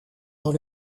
dans